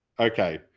ok.